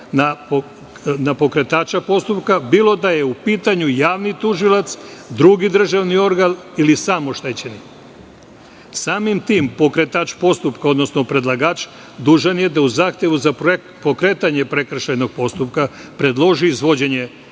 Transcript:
na pokretače postupka, bilo da je u pitanju javni tužilac, drugi državni organ ili sam oštećenim. Samim tim pokretač postupka, odnosno predlagač, dužan je da u zahtevu za pokretanje prekršajnog postupka predloži izvođenje